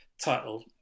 title